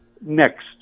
next